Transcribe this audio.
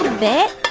bit.